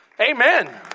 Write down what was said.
Amen